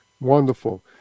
Wonderful